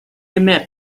admit